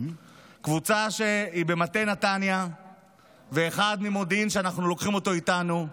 קבוצה שהיא במטה נתניה ואחד ממודיעין שאנחנו לוקחים איתנו,